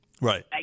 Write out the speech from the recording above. Right